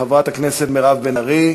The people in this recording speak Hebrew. חברת הכנסת מירב בן ארי,